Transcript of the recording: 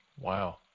Wow